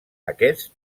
aquest